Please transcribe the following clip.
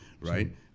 right